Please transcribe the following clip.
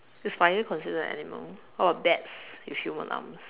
is spider considered an animal how about bats with human arms